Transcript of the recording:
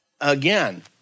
Again